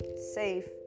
safe